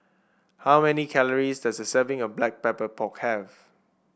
how many calories does a serving of Black Pepper Pork have